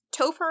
Topher